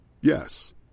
Yes